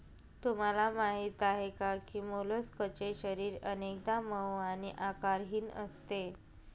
तुम्हाला माहीत आहे का की मोलस्कचे शरीर अनेकदा मऊ आणि आकारहीन असते